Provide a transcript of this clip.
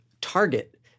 target